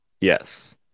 Yes